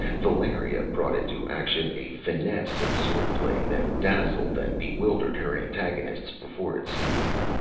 valeria brought into action a finesse of sword-play that dazzled and bewildered her antagonists before it slew them.